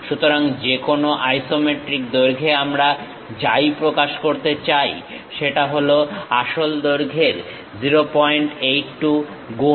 সুতরাং যে কোন আইসোমেট্রিক দৈর্ঘ্যে আমরা যাই প্রকাশ করতে চাই সেটা হল আসল দৈর্ঘ্যের 082 গুণ